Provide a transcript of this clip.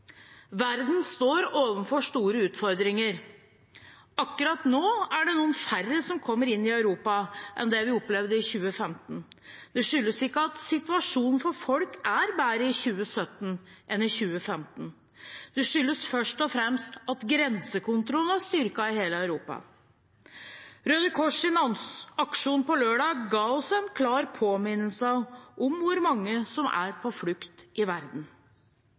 Verden står overfor store utfordringer. Akkurat nå er det færre som kommer inn i Europa enn det vi opplevde i 2015. Det skyldes ikke at situasjonen for folk er bedre i 2017 enn i 2015, det skyldes først og fremst at grensekontrollen er styrket i hele Europa. Røde Kors’ aksjon på lørdag ga oss en klar påminnelse om hvor mange som er på flukt i verden.